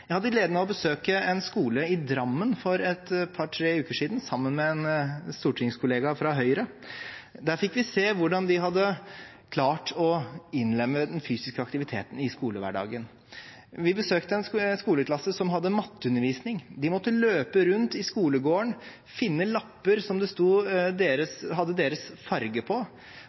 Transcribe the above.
Jeg hadde gleden av å besøke en skole i Drammen for et par–tre uker siden, sammen med en stortingskollega fra Høyre. Der fikk vi se hvordan de hadde klart å innlemme den fysiske aktiviteten i skolehverdagen. Vi besøkte en skoleklasse som hadde matteundervisning. De måtte løpe rundt i skolegården og finne lapper med sin farge på, og på hver av de lappene sto det